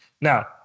Now